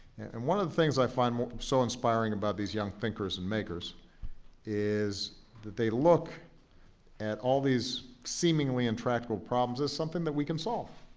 and one of the things i find so inspiring about these young thinkers and makers is that they look at all these seemingly intractable problems as something that we can solve.